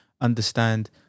understand